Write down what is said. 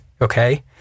okay